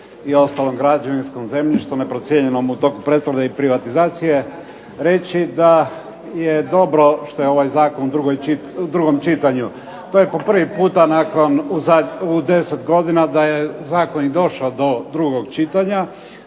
i ostalom građevinskom zemljištu neprocijenjenom u toku pretvorbe i privatizacije reći da je dobro što je ovaj zakon u drugom čitanju. To je po prvi puta u 10 godina da je zakon i došao do drugog čitanja.